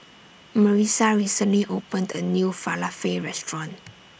Marissa recently opened A New Falafel Restaurant